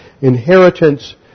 Inheritance